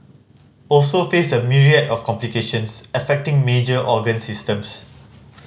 also face a myriad of complications affecting major organ systems